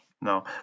no